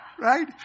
Right